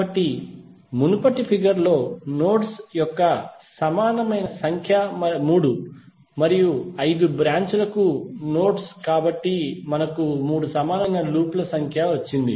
కాబట్టి మునుపటి ఫిగర్ లో నోడ్ స్ యొక్క సంఖ్య 3 మరియు 5 బ్రాంచ్ లకు నోడ్ స్ కాబట్టి మనకు 3 కు సమానమైన లూప్ ల సంఖ్య వచ్చింది